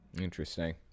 Interesting